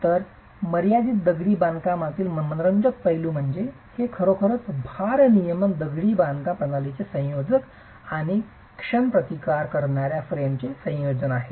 तर मर्यादित दगडी बांधकामातील मनोरंजक पैलू म्हणजे ते खरोखरच भारनियमन दगडी बांधकाम प्रणालीचे संयोजन आणि क्षण प्रतिकार करणार्या फ्रेमचे संयोजन आहे